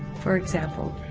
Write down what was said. for example,